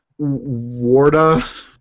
Warda